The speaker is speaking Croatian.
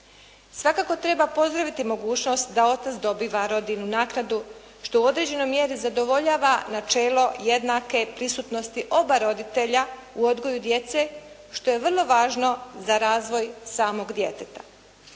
Svakako treba pozdraviti mogućnost da otac dobiva otac dobiva rodiljnu naknadu, što u određenoj mjeri zadovoljava načelo jednake prisutnosti oba roditelja u odgoju djece, što je vrlo važno za razvoj samog djeteta.